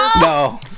No